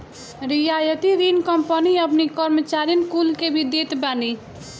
रियायती ऋण कंपनी अपनी कर्मचारीन कुल के भी देत बानी